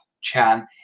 Chan